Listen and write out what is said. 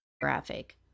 Graphic